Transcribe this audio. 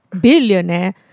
billionaire